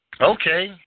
Okay